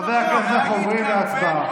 חברי הכנסת, אנחנו עוברים להצבעה.